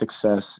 success